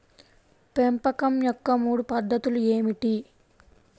పెంపకం యొక్క మూడు పద్ధతులు ఏమిటీ?